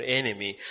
enemy